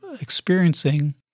experiencing